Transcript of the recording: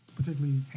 particularly